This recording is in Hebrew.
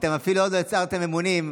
אתם אפילו עוד לא הצהרתם אמונים,